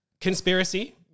conspiracy